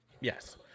Yes